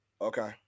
Okay